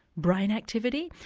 brain activity,